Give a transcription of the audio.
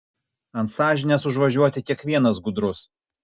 ant sąžinės užvažiuoti kiekvienas gudrus